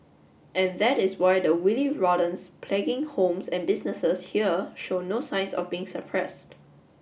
and that is why the wily rodents plaguing homes and businesses here show no signs of being suppressed